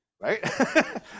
right